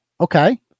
Okay